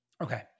okay